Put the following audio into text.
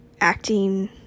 acting